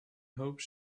hope